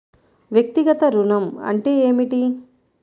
వ్యక్తిగత ఋణం అంటే ఏమిటి?